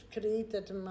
created